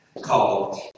called